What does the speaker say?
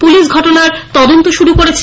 police ঘটনার তদন্ত শুরু করেছে